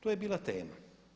To je bila tema.